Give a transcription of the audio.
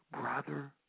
brother